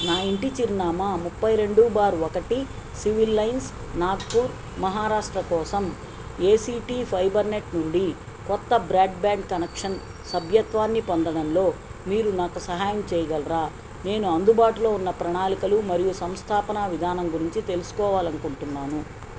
నా ఇంటి చిరునామా ముప్పై రెండు బార్ ఒకటి సివిల్ లైన్స్ నాగపూర్ మహారాష్ట్ర కోసం ఏసీటీ ఫైబర్నెట్ నుండి కొత్త బ్రాడ్బ్యాండ్ కనెక్షన్ సభ్యత్వాన్ని పొందడంలో మీరు నాకు సహాయం చేయగలరా నేను అందుబాటులో ఉన్న ప్రణాళికలు మరియు సంస్థాపన విధానం గురించి తెలుసుకోవాలి అనుకుంటున్నాను